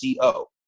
CO